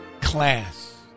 class